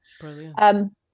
Brilliant